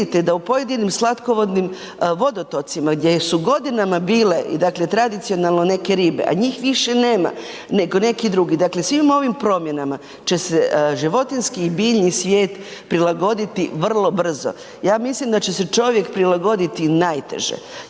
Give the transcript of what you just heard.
u pojedinim slatkovodnim vodotocima gdje su godinama bile i dakle tradicionalno neke ribe a njih više nema nego neki drugi, dakle svim ovim promjenama će se životinjski i biljni svijet prilagoditi vrlo brzo. Ja mislim da će se čovjek prilagoditi najteže